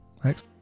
Thanks